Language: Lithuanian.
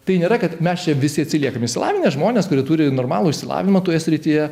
tai nėra kad mes čia visi atsiliekame išsilavinę žmonės kurie turi normalų išsilavinimą toje srityje